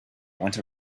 went